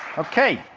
okay.